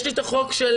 יש לי את החוק של